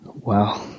Wow